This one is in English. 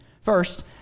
First